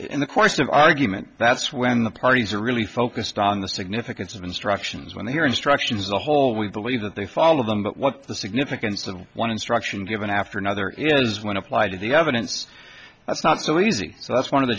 in the course of our argument that's when the parties are really focused on the significance of instructions when they hear instructions the whole we believe that they follow them but what's the significance of one instruction given after another is when applied to the evidence that's not so easy so that's one of the